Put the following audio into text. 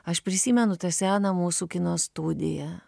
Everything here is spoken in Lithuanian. aš prisimenu tą seną mūsų kino studiją